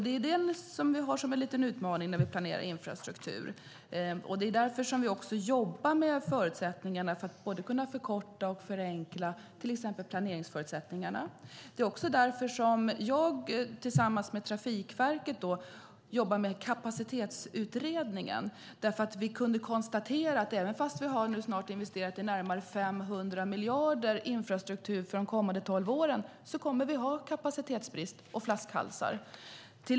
Det är en utmaning när vi planerar infrastrukturen. Därför jobbar vi med att förkorta och förenkla planeringsförutsättningarna. Det är också därför som jag jobbar med kapacitetsutredningen tillsammans med Trafikverket. Vi kunde konstatera att trots att vi har investerat nästan 500 miljarder i infrastruktur de kommande tolv åren kommer vi att ha kapacitetsbrist och flaskhalsar.